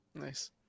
Nice